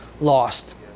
lost